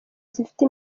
zifite